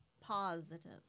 Positive